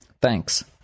Thanks